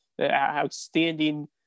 outstanding